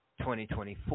2024